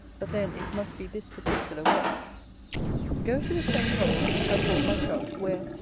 but then it must be this particular way go to the same hole in which i caught my chub, where,